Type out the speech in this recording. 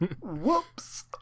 Whoops